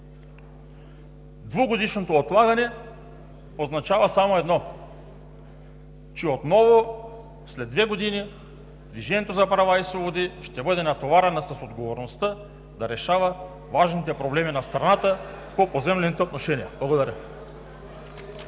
Двугодишното отлагане означава само едно, че отново след две години „Движението за права и свободи“ ще бъде натоварено с отговорността да решава важните проблеми на страната по поземлените отношения. (Оживление.